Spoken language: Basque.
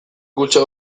kutxa